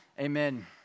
Amen